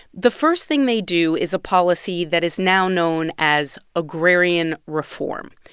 the first thing they do is a policy that is now known as agrarian reform.